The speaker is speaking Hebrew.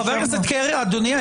חבר הכנסת קרעי היה